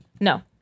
No